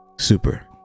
Super